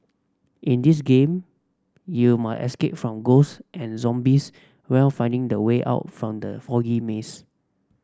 in this game you must escape from ghosts and zombies while finding the way out from the foggy maze